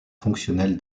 fonctionnel